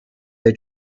they